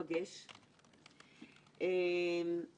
להעלות את קרנה של הכנסת מבחינת היותה גוף מפקח.